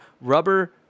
rubber